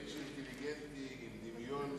אתה איש אינטליגנטי עם דמיון עשיר,